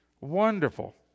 wonderful